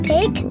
Pig